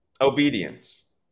Obedience